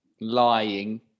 Lying